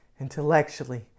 intellectually